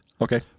Okay